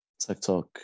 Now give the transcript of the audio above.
TikTok